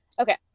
Okay